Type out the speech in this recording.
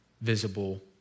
visible